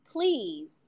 please